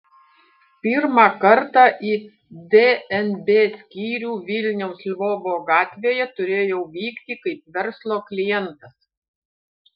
pirmą kartą į dnb skyrių vilniaus lvovo gatvėje turėjau vykti kaip verslo klientas